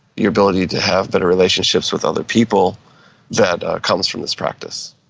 your ability to have better relationships with other people that comes from this practice.